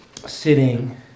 Sitting